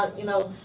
um you know,